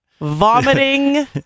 vomiting